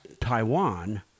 Taiwan